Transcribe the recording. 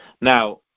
Now